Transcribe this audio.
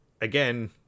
again